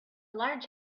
large